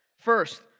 First